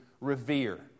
revere